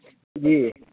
جی